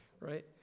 right